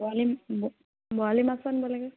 বৰালি বৰালি মাছো আনিব লাগে